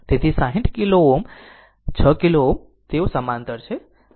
તેથી 60 Ω કિલો Ω અને 6 કિલો Ω તેઓ સમાંતર છે